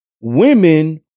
Women